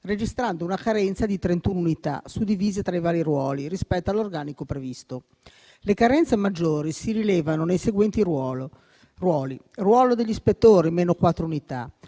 registrando una carenza di 31 unità suddivise tra i vari ruoli rispetto all'organico previsto. Le carenze maggiori si rilevano nei seguenti ruoli: ruolo degli ispettori (-4 unità),